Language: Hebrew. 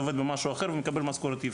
עובד במשהו אחר ומקבל משכורת יפה,